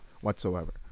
whatsoever